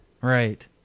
Right